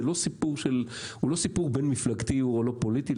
זה לא סיפור בין מפלגתי או פוליטי,